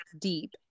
deep